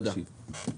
תודה.